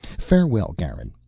farewell, garin.